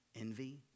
envy